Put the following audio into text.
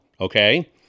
okay